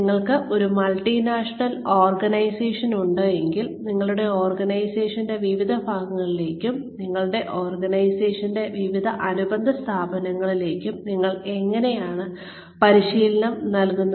നിങ്ങൾക്ക് ഒരു multinational organisation ഉണ്ടെങ്കിൽ നിങ്ങളുടെ ഓർഗനൈസേഷന്റെ വിവിധ ഭാഗങ്ങളിലേക്കും നിങ്ങളുടെ ഓർഗനൈസേഷന്റെ വിവിധ അനുബന്ധ സ്ഥാപനങ്ങളിലേക്കും നിങ്ങൾ എങ്ങനെയാണ് പരിശീലനം നൽകുന്നത്